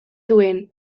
duen